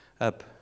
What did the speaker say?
up